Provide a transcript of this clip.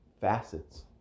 facets